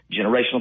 generational